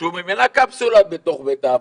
שהוא ממילא קפסולה בתוך בית האבות,